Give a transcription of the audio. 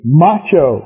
macho